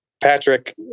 Patrick